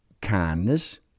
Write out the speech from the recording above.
kindness